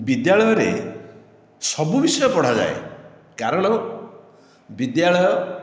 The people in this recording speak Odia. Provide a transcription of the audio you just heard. ବିଦ୍ୟାଳୟରେ ସବୁ ବିଷୟ ପଢ଼ାଯାଏ କାରଣ ବିଦ୍ୟାଳୟ